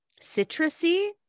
citrusy